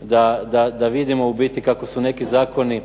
da vidimo u biti kako su neki zakoni